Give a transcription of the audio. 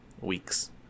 weeks